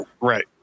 Right